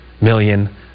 million